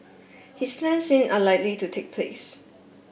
his plans seem unlikely to take place